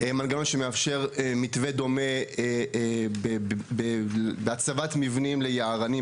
שמאפשר מתווה דומה בקק"ל הצבת מבנים ליַעֲרָנִים